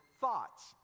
thoughts